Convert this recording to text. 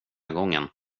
gången